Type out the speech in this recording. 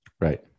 Right